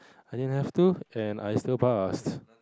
I didn't have too and I still passed